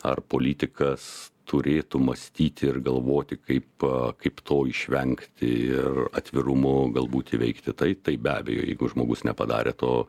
ar politikas turėtų mąstyti ir galvoti kaip kaip to išvengti ir atvirumu galbūt įveikti taip tai be abejo jeigu žmogus nepadarė to